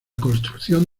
construcción